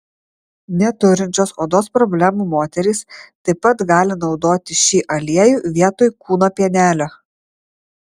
neturinčios odos problemų moterys taip pat gali naudoti šį aliejų vietoj kūno pienelio